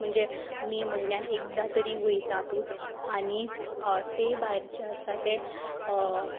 म्हणजे मे म्हयन्यान एकदां तरी वयतातूत आनी ते भायर जे आसा ते